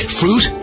fruit